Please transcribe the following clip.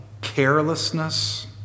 Carelessness